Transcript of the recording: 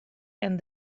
and